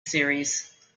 series